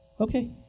Okay